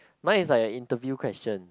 mine is like interview question